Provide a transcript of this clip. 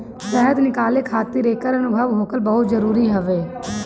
शहद निकाले खातिर एकर अनुभव होखल बहुते जरुरी हवे